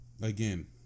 Again